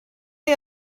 chi